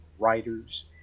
writers